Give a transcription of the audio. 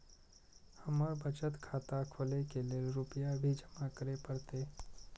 हमर बचत खाता खोले के लेल रूपया भी जमा करे परते?